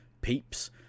peeps